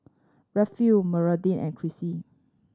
Rayfield Meredith and Krissy